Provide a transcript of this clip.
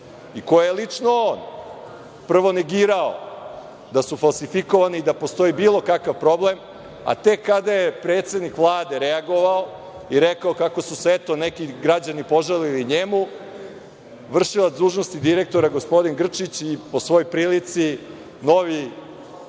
i koje je lično on prvo negirao da su falsifikovani i da postoji bilo kakav problem, a tek kada je predsednik Vlade reagovao i rekao kako su se eto neki građani požalili njemu, vršilac dužnosti direktora, gospodin Grčić i po svojoj prilici novi